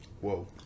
Whoa